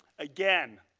again,